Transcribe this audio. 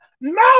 no